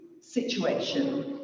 situation